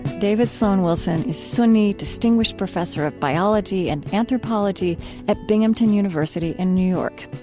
david sloan wilson is suny distinguished professor of biology and anthropology at binghamton university in new york.